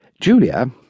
Julia